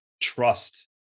trust